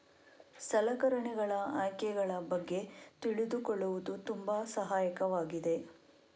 ಸಲಕರಣೆಗಳ ಆಯ್ಕೆಗಳ ಬಗ್ಗೆ ತಿಳಿದುಕೊಳ್ಳುವುದು ತುಂಬಾ ಸಹಾಯಕವಾಗಿದೆ